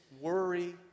worry